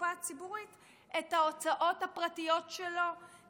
הקופה הציבורית את ההוצאות הפרטיות שלו,